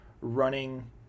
running